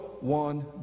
one